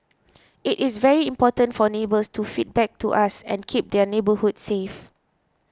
it is very important for neighbours to feedback to us and keep their neighbourhoods safe